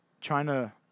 China